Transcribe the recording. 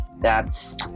That's-